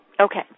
Okay